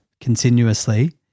continuously